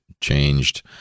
changed